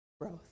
growth